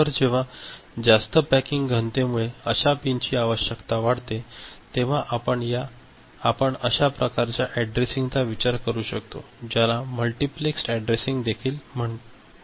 तर जेव्हा जास्त पॅकिंग घनतेमुळे अशा पिनची आवश्यकता वाढते तेव्हा आपण अशा प्रकारच्या अॅड्रेसिंग चा विचार करू शकतो ज्याला मल्टीप्लेस्ड अॅड्रेसिंग देखील म्हटले जाते